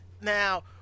Now